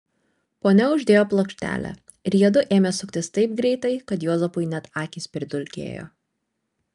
ponia uždėjo plokštelę ir jiedu ėmė suktis taip greitai kad juozapui net akys pridulkėjo